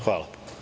Hvala.